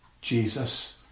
Jesus